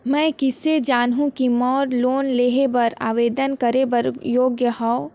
मैं किसे जानहूं कि मैं लोन लेहे बर आवेदन करे बर योग्य हंव?